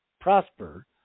prosper